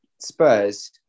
Spurs